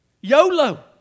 YOLO